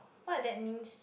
what that means